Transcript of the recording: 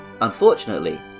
Unfortunately